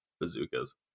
bazookas